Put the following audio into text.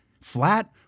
flat